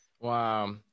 Wow